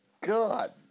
God